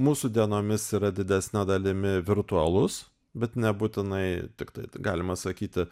mūsų dienomis yra didesne dalimi virtualūs bet nebūtinai tiktai taip galima sakyti